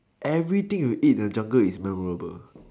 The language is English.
everything you eat in the jungle is memorable